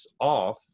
off